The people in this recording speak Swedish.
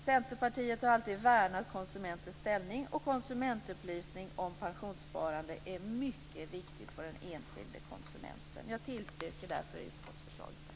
Centerpartiet har alltid värnat om konsumentens ställning, och konsumentupplysning om pensionssparande är mycket viktigt för den enskilde konsumenten. Jag yrkar därför bifall till utskottets förslag.